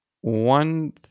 One